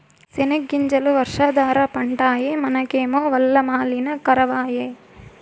సెనగ్గింజలు వర్షాధార పంటాయె మనకేమో వల్ల మాలిన కరవాయె